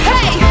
Hey